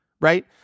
right